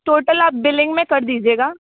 total आप billing में कर दीजिएगा